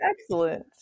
excellent